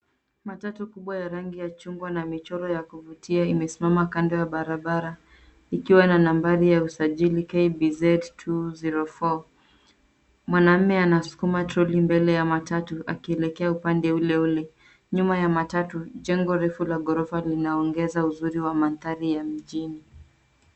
Matatu kubwa ya rangi ya chungwa na michoro ya kuvutia imesimama kando ya barabara ikiwa na nambari ya usajili KBZ 2 0 4. Mwanaume anasukuma troli akielekea upande ule ule nyuma ya matatu. Jengo refu la ghorofa linaongeza uzuri wa mandhari ya mjini.